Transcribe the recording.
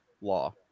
law